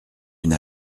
une